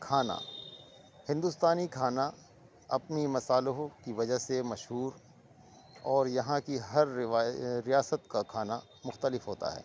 کھانا ہندوستانی کھانا اپنی مسالحوں کی وجہ سے مشہور اور یہاں کی ہر ریاست کا کھانا مختلف ہوتا ہے